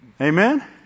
Amen